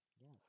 Yes